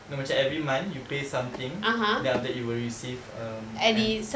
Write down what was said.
no macam every month you pay something then after that you will receive um